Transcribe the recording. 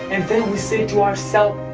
and then we say to ourself